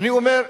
אני אומר,